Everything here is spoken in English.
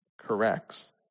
corrects